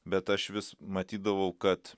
bet aš vis matydavau kad